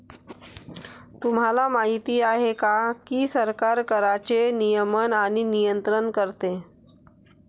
तुम्हाला माहिती आहे का की सरकार कराचे नियमन आणि नियंत्रण करते